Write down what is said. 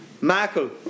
Michael